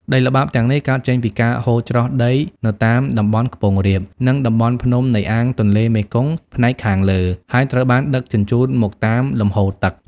ដីល្បាប់ទាំងនេះកើតចេញពីការហូរច្រោះដីនៅតាមតំបន់ខ្ពង់រាប និងតំបន់ភ្នំនៃអាងទន្លេមេគង្គផ្នែកខាងលើ ហើយត្រូវបានដឹកជញ្ជូនមកតាមលំហូរទឹក។